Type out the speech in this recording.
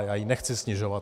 Já ji nechci snižovat.